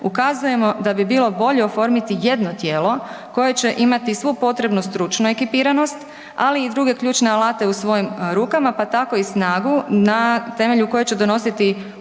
ukazujemo da bi bilo bolje oformiti jedno tijelo koje će imati svu potrebnu stručnu ekipiranost ali i druge ključne alate u svojim rukama pa tako i snagu na temelju kojih će donositi odluke